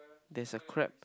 there's a crab